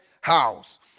house